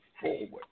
forward